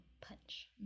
punch